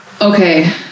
Okay